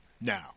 Now